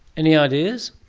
any ideas?